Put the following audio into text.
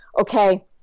okay